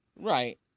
Right